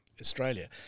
Australia